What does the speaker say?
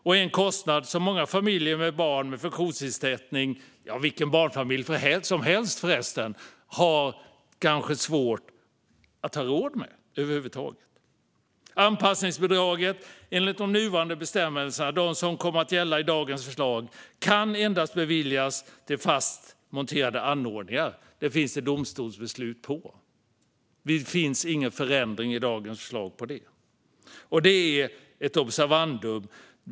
Det är en kostnad som många familjer med barn med funktionsnedsättning - ja, vilken barnfamilj som helst - har svårt att ha råd med. Anpassningsbidraget enligt de nuvarande bestämmelserna, och de som kommer att gälla i dagens förslag, kan endast beviljas till fast monterade anordningar. Det finns det domstolsbeslut på. Det finns ingen förändring i dagens förslag på den punkten - det är ett observandum.